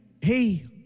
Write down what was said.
hey